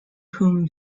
whom